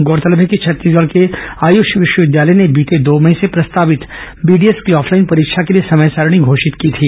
गौरतलब है कि छत्तीसगढ़ के आयुष विश्वविद्यालय ने बीते दो मई से प्रस्तावित बीडीएस की ऑफलाइन परीक्षा के लिए समय सारणी घोषित की थी